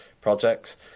projects